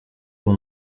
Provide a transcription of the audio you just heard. uwo